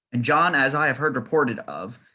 and john as i have heard reported of,